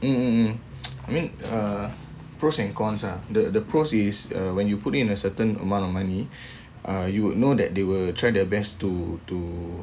mm mm mm I mean uh pros and cons ah the the pros is uh when you put it in a certain amount of money uh you'd know that they will try their best to to